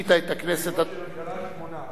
ועם ראש הממשלה, שמונה.